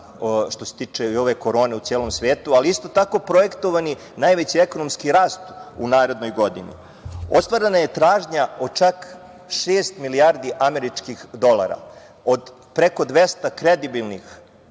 što se tiče i ove korone u celom svetu, ali isto tako projektovani najveći ekonomski rast u narednoj godini. Ostvarena je tražnja od čak šest milijardi američkih dolara. Od preko 200 kredibilnih,